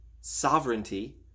sovereignty